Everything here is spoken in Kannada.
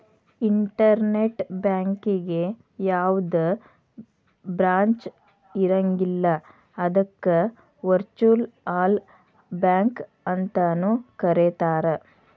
ಇನ್ಟರ್ನೆಟ್ ಬ್ಯಾಂಕಿಗೆ ಯಾವ್ದ ಬ್ರಾಂಚ್ ಇರಂಗಿಲ್ಲ ಅದಕ್ಕ ವರ್ಚುಅಲ್ ಬ್ಯಾಂಕ ಅಂತನು ಕರೇತಾರ